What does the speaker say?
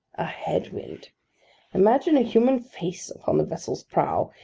a head-wind imagine a human face upon the vessel's prow,